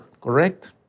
Correct